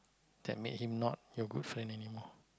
that made him not your good friend anymore